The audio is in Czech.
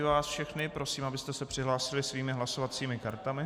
Odhlašuji vás všechny a prosím, abyste se přihlásili svými hlasovacími kartami.